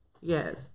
Yes